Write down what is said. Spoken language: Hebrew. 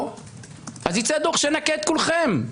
אז ייצא דוח שינקה את כולכם.